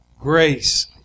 grace